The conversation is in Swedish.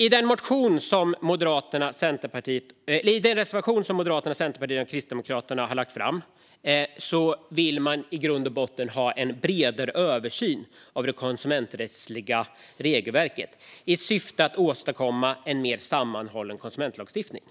Tydligare regler vid konsumentavtal I den reservation som Moderaterna, Centerpartiet och Kristdemokraterna har lagt fram vill de i grund och botten ha en bredare översyn av de konsumenträttsliga regelverken i syfte att åstadkomma en mer sammanhållen konsumentlagstiftning.